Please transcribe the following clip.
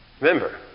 Remember